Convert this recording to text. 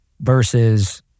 versus-